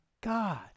God